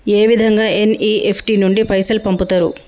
ఏ విధంగా ఎన్.ఇ.ఎఫ్.టి నుండి పైసలు పంపుతరు?